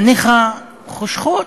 עיניך חושכות.